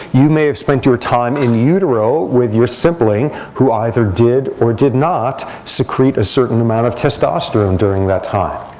you may have spent your time in utero with your sibling who either did or did not secrete a certain amount of testosterone during that time.